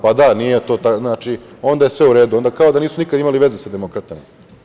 Pa da, nije to tako, onda je sve u redu, onda kao da nikada nisu imali veze sa demokratama.